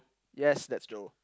yes that's Joe